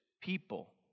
people